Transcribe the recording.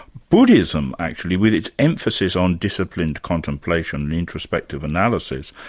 buddhism actually with its emphasis on disciplined contemplation and introspective analysis,